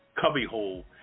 cubbyhole